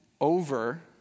over